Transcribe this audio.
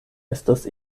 estas